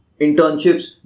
internships